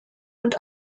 und